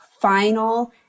final